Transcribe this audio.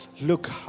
look